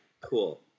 cool